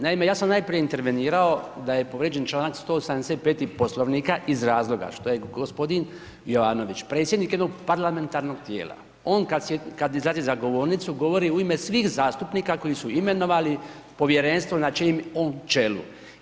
Naime, ja sam najprije intervenirao da je povrijeđen članak ... Poslovnika iz razloga što je gospodin Jovanović, predsjednik jednog parlamentarnog tijela, on kada izlazi za govornicu govori u ime svih zastupnika koji su imenovali povjerenstvo na čijem je on čelu.